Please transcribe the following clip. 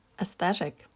aesthetic